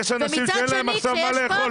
שני --- יש עכשיו אנשים שאן להם מה לאכול,